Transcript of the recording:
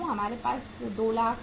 हमारे पास 2 लाख हैं